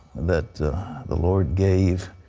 that the lord gave.